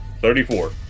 Thirty-four